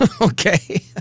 Okay